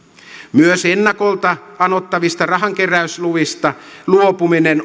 myös ennakolta anottavista rahankeräysluvista luopuminen